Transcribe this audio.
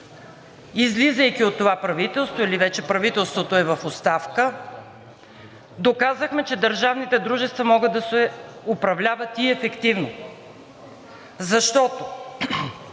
излизайки от това правителство, или вече правителството е в оставка, доказахме, че държавните дружества могат да се управляват и ефективно, защото